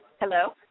Hello